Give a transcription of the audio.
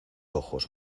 ojos